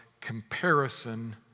comparison